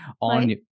on